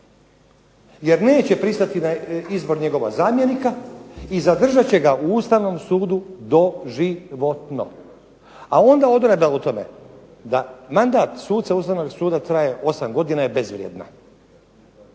Jer neće pristati na izbor njegova zamjenika i zadržat će ga u Ustavnom sudu doživotno, a onda odredba u tome da mandat suca Ustavnoga suda traje 8 godina i bezvrijedna.